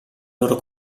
loro